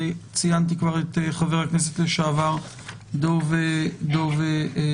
וציינתי כבר את חבר הכנסת לשעבר דב ליפמן.